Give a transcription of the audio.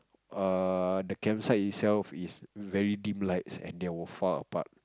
err the campsite itself is very dim lights and they were far apart